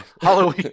Halloween